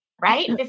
Right